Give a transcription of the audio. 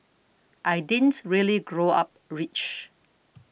I didn't really grow up rich